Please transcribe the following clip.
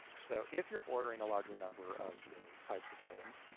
so if you're ordering a larger number of those types of items,